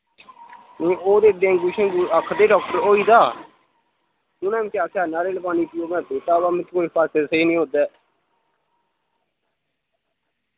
नी ओ ते डेंगू शेंगू आक्खा दे डाक्टर होई दा फ्ही उ'नै मिकी आक्खेया नारियल पानी पियो मैं पीता वा मिकी कोई फर्क ते सेही नी हो दा ऐ